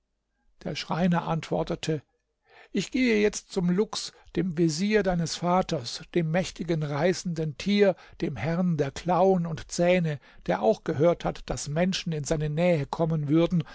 der schreiner antwortete ich gehe jetzt zum luchs dem vezier deines vaters dem mächtigen reißenden tier dem herrn der klauen und zähne der auch gehört hat daß menschen in seine nähe kommen würden